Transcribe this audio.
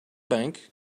bank